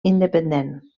independent